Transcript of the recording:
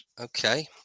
okay